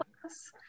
class